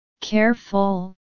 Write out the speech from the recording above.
careful